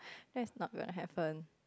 that's not gonna happen